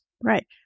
Right